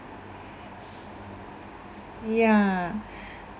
ya